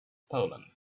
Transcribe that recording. poland